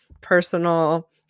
personal